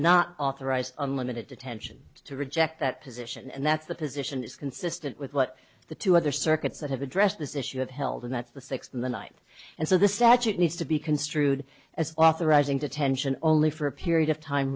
not authorize unlimited detention to reject that position and that's the position is consistent with what the two other circuits that have addressed this issue have held that the sixth in the night and so the statute needs to be construed as authorizing detention only for a period of time